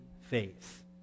faith